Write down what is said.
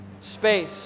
space